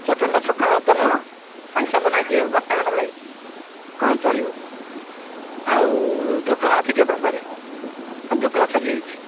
ଚଟଣୀଟା ସକାଳେ ତ ନୁହଁ ସାଙ୍ଗେ ସାଙ୍ଗେ ବନା ବାରଟା ଖଣ୍ଡେ ବେଳେ ହଁ ଚଳିବ ଆଉ ଢୋକଲା ଅଛି କି ଆପଣଙ୍କ ପାଖରେ ନା ଢୋକଲା ସରିଯାଇଛି